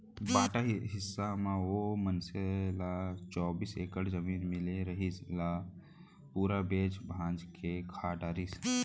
बांटा हिस्सा म ओ मनसे ल चौबीस एकड़ जमीन मिले रिहिस, ल पूरा बेंच भांज के खा डरिस